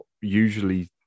usually